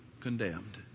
condemned